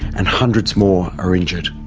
and hundreds more are injured.